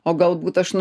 o galbūt aš n